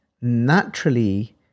naturally